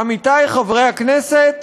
עמיתי חברי הכנסת,